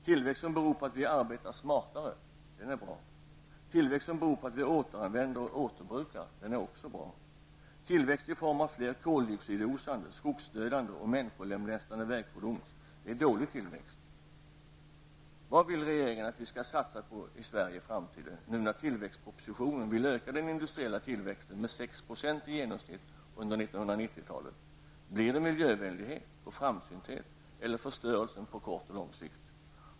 Tillväxt som beror på att vi arbetar smartare är bra. Tillväxt som beror på att vi återanvänder och återbrukar är också bra. Tillväxt i form av fler koldioxidosande, skogsdödande och människolemlästande vägfordon är dålig tillväxt. Vad vill regeringen att vi skall satsa på i framtiden -- nu när tillväxtpropositionen vill öka den industriella tillväxten med 6 % i genomsnitt under 1990-talet? Blir det miljövänlighet och framsynthet, eller förstörelse på kort och lång sikt?